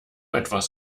etwas